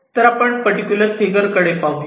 तर आपण या पर्टिक्युलर फिगर कडे पाहूया